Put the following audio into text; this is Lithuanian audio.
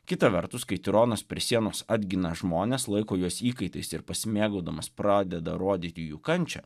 kita vertus kai tironas prie sienos atgina žmones laiko juos įkaitais ir pasimėgaudamas pradeda rodyti jų kančią